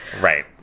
Right